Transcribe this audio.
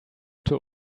too